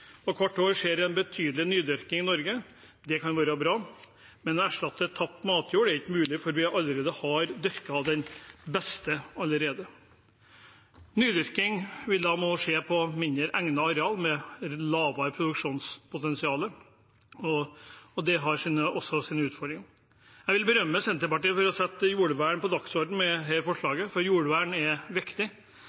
og hvert år skjer det en betydelig nydyrking i Norge. Det kan være bra, men å erstatte tapt matjord er ikke mulig, for vi har dyrket den beste allerede. Nydyrking vil måtte skje på mindre egnede areal med lavere produksjonspotensial, og det har også sine utfordringer. Jeg vil berømme Senterpartiet for å sette jordvern på dagsordenen med dette forslaget, for jordvern er viktig.